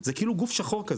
זה כאילו גוף שחור כזה,